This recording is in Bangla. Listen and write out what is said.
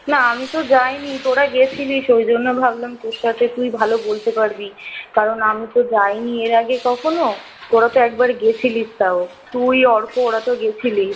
না আমি তো যাই নি তোরা গিয়েছিলিস ওই জন্য ভাবলাম তোর সাথে তুই ভালো বলতে পারবি কারণ আমি তো যাই নি এর আগে কখনো তোরা তো একবার গিয়েছিলিস তাও তুই অর্ক ওরা তো গিয়েছিলিস